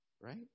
right